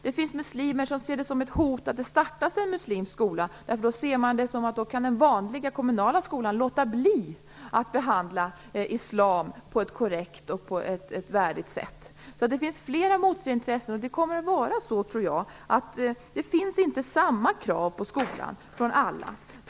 Det finns muslimer som ser det som ett hot att det startas en muslimsk skola eftersom man då tror att den vanliga kommunala skolan kan låta bli att behandla islam på ett korrekt och värdigt sätt. Det finns alltså flera motstridiga intressen, och det kommer att vara så, tror jag. Alla ställer inte samma krav på skolan.